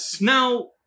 Now